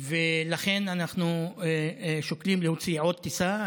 ולכן אנחנו שוקלים להוציא עוד טיסה.